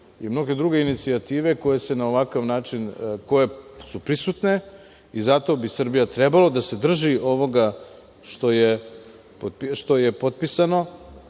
i mnoge druge inicijative koje su prisutne i zato bi Srbija trebalo da se drži ovoga što je potpisano,